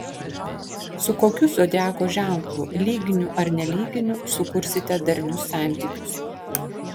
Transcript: su kokiu zodiako ženklu lyginiu ar nelyginiu sukursite darnius santykius